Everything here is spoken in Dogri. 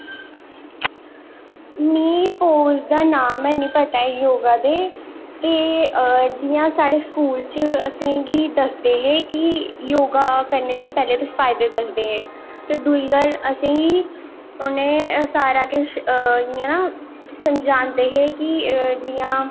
मीं पोज़ दा नांऽ ऐनी पता योगा दे ते जियां साढ़े स्कूल च असेंगी दसदे हे कि योगा करनें दे पैह्लैं ते फायदे दसदे हे ते दुई गल्ल असेंगी उनें सारा कुश ना समझांदे हे कि जियां